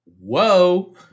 Whoa